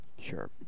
Sure